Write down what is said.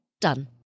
Done